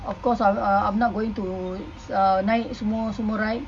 of course ah I'm I'm not going to ah naik semua semua ride